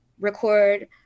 record